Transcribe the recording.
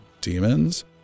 demons